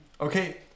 okay